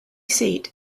seat